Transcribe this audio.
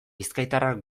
bizkaitarrak